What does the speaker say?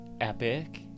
Epic